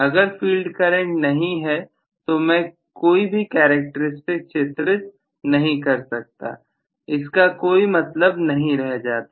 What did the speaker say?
अगर field current नहीं है तो मैं कोई भी करैक्टेरिस्टिक चित्र नहीं कर सकता इसका कोई मतलब नहीं रह जाता